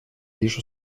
лишь